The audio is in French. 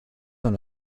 dans